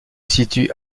situe